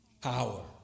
power